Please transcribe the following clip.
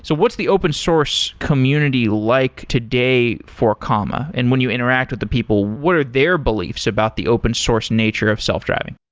so what's the open source community like today for comma? and when you interact with the people, what are their beliefs about the open source nature of self-driving?